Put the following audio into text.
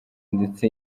ndetse